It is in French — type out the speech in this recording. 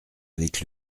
avec